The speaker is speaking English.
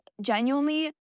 genuinely